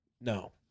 No